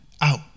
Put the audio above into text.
out